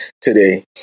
today